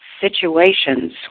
situations